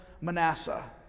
Manasseh